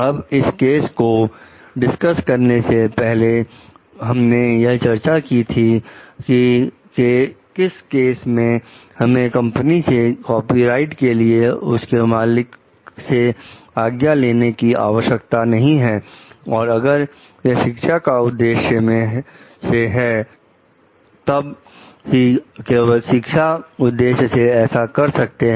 अब इस केस को डिस्कस करने से पहले हमने यह चर्चा की थी कि किस केस में हमें कंपनी से कॉपीराइट के लिए उसके मालिक से आज्ञा लेने की आवश्यकता नहीं है और अगर यह शिक्षा के उद्देश्य से है तब ही केवल शैक्षिक उद्देश्य से ऐसा कर सकते हैं